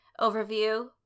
overview